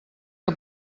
que